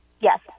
Yes